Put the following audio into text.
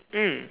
mm